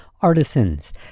artisans